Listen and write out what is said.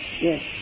yes